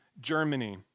Germany